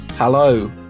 Hello